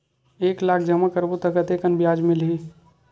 एक लाख जमा करबो त कतेकन ब्याज मिलही?